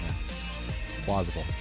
Plausible